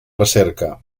recerca